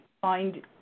find